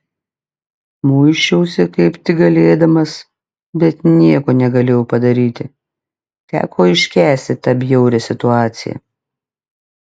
muisčiausi kaip tik galėdamas bet nieko negalėjau padaryti teko iškęsti tą bjaurią situaciją